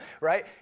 right